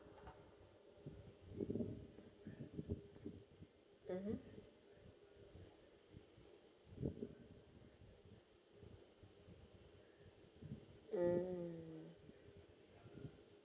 mmhmm mm